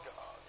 God